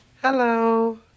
Hello